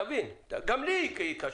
תבין, גם לי היא קשה.